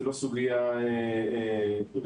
לא סוגיה רשתית.